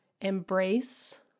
embrace